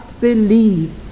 believe